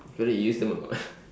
it's whether you use them or not